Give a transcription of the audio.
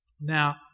Now